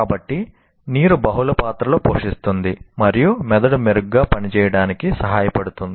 కాబట్టి నీరు బహుళ పాత్రలు పోషిస్తుంది మరియు మెదడు మెరుగ్గా పనిచేయడానికి సహాయపడుతుంది